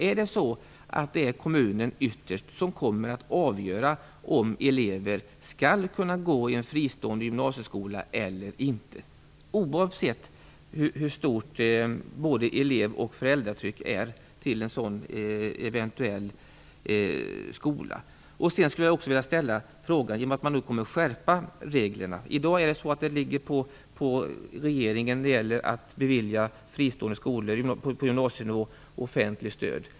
Är det ytterst kommunen som kommer att avgöra om elever skall kunna gå i en fristående gymnasieskola eller inte, oavsett hur stort både elev och föräldratryck är till en sådan eventuell skola? Jag skulle också vilja ställa en fråga i och med att man nu kommer att skärpa reglerna. I dag ligger det på regeringen att bevilja fristående skolor på gymnasienivå offentligt stöd.